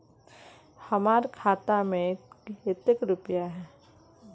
हमर खाता में केते रुपया है?